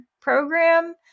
program